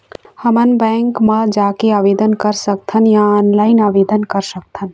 हमन बैंक मा जाके आवेदन कर सकथन या ऑनलाइन आवेदन कर सकथन?